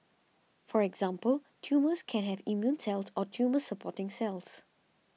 for example tumours can have immune cells or tumour supporting cells